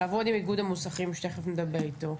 לעבוד עם איגוד המוסכים שתכף נדבר איתו,